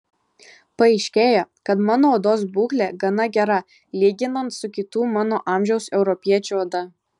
paaiškėjo kad mano odos būklė gana gera lyginant su kitų mano amžiaus europiečių oda